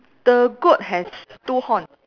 the goat has two horn